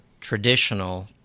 traditional